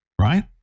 right